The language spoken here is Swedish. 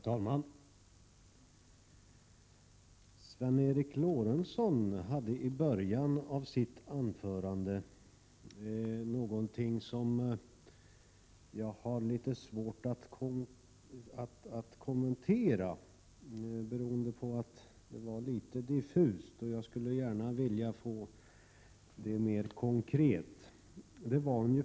Herr talman! Sven Eric Lorentzon sade i början av sitt anförande någonting som jag har litet svårt att kommentera beroende på att det var en aning diffust. Jag skulle gärna vilja få veta mer konkret vad han avsåg.